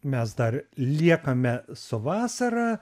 mes dar liekame su vasara